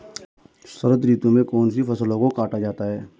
शरद ऋतु में कौन सी फसलों को काटा जाता है?